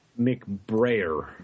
McBrayer